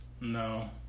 No